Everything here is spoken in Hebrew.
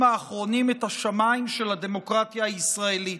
האחרונים את השמיים של הדמוקרטיה הישראלית,